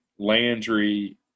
Landry